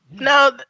No